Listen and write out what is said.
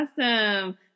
awesome